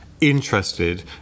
interested